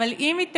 אבל אם היא תאושר,